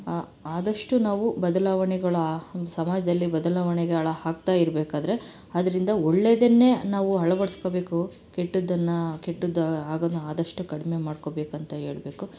ಆದಷ್ಟು ನಾವು ಬದಲಾವಣೆಗಳು ಸಮಾಜದಲ್ಲಿ ಬದಲಾವಣೆಗಳು ಆಗ್ತಾ ಇರಬೇಕಾದ್ರೆ ಅದರಿಂದ ಒಳ್ಳೆಯದನ್ನೇ ನಾವು ಅಳವಳ್ವಡ್ಸ್ಕಬೇಕು ಕೆಟ್ಟದ್ದನ್ನು ಕೆಟ್ಟದ್ದು ಆಗದು ಆದಷ್ಟು ಕಡಿಮೆ ಮಾಡ್ಕೋಬೇಕು ಅಂತ ಹೇಳ್ಬೇಕು